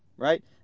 right